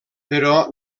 però